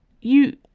You